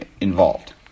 involved